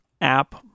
app